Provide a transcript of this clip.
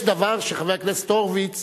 יש דבר שחבר הכנסת הורוביץ